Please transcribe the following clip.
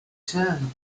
term